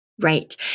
Right